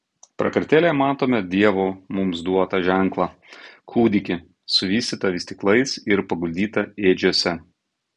prakartėlėje matome dievo mums duotą ženklą kūdikį suvystytą vystyklais ir paguldytą ėdžiose